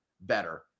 better